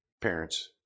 parents